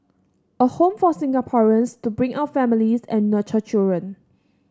a home for Singaporeans to bring up families and nurture children